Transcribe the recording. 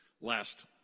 Last